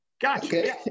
gotcha